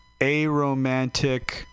aromantic